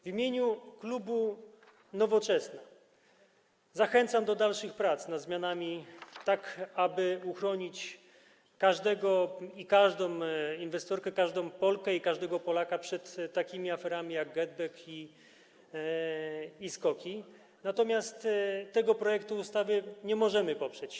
W imieniu klubu Nowoczesna zachęcam do dalszych prac nad zmianami, tak aby uchronić każdego inwestora i każdą inwestorkę, każdą Polkę i każdego Polaka przed takimi aferami jak dotyczące GetBack i SKOK-ów, natomiast tego projektu ustawy nie możemy poprzeć.